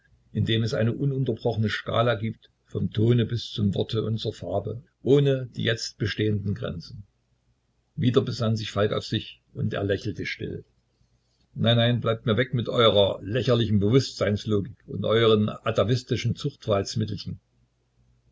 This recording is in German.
in dem es eine ununterbrochene skala gibt vom tone bis zum worte und zur farbe ohne die jetzt bestehenden grenzen wieder besann sich falk auf sich und er lächelte still nein nein bleibt mir weg mit eurer lächerlichen bewußtseinslogik und euren